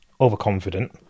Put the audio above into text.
overconfident